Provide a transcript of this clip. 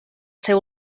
ser